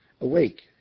awake